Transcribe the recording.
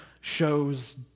shows